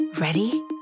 Ready